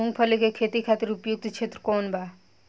मूँगफली के खेती खातिर उपयुक्त क्षेत्र कौन वा?